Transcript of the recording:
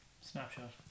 Snapshot